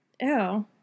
Ew